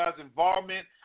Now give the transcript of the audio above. involvement